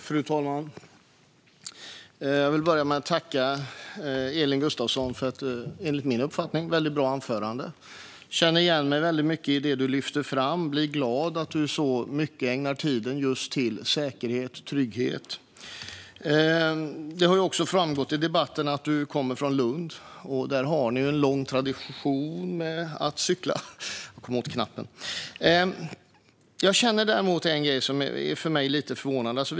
Fru talman! Jag vill börja med att tacka Elin Gustafsson för ett enligt min uppfattning väldigt bra anförande. Jag känner igen mig i mycket av det du lägger fram, och jag blir glad att du ägnar så mycket av din talartid åt just säkerhet och trygghet. Det har framgått i debatten att du kommer från Lund, och där har ni ju en lång tradition av att cykla. Det finns däremot en grej som är lite förvånande för mig.